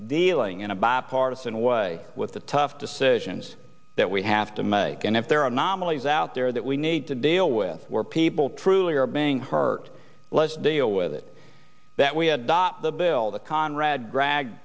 lying in a bipartisan way with the tough decisions that we have to make and if there are anomalies out there that we need to deal with where people truly are being hurt let's deal with it that we adopt the bill the conrad drag